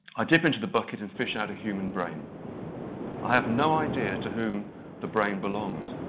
i dip into the bucket and fish out a human brain. i have no idea to whom the brain belonged,